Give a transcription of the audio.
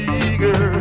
eager